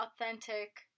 authentic